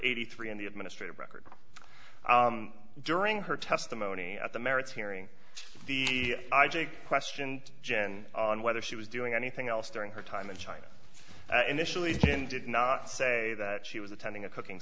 eighty three in the administrative record during her testimony at the merits hearing the i j a questioned jan on whether she was doing anything else during her time in china and initially did not say that she was attending a cooking